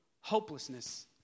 hopelessness